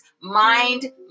Mind